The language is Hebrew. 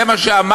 זה מה שאמרתי,